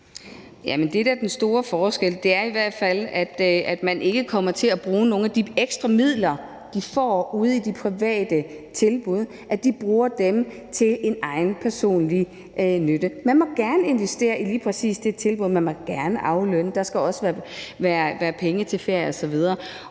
der er den store forskel, er i hvert fald, at man ikke kommer til at bruge nogen af de ekstra midler, man får ude i de private tilbud – at man bruger dem til egen nytte. Man må gerne investere i lige præcis det tilbud, man må gerne aflønne, og der skal også være penge til ferie osv.,